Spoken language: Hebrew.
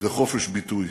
וחופש ביטוי.